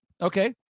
Okay